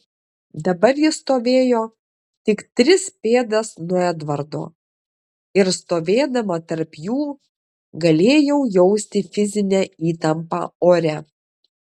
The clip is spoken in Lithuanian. dabar jis stovėjo tik tris pėdas nuo edvardo ir stovėdama tarp jų galėjau jausti fizinę įtampą ore